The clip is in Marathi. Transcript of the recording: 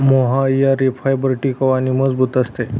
मोहायर फायबर टिकाऊ आणि मजबूत असते